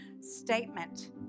statement